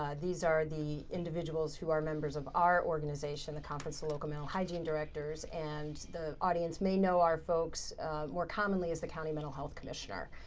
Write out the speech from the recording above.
these are the individuals who are members of our organization, conference of local mental hygiene directors, and the audience may know our folks more commonly as the county mental health commissioner.